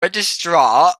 registrar